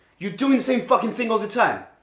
you're doing the same fucking thing all the time